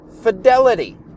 fidelity